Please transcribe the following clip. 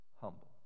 humble